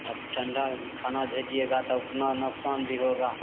अब ठंडा खाना भेजिएगा तो अपना नुकसान भी होगा